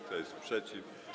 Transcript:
Kto jest przeciw?